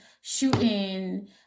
shooting